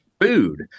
food